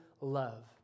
love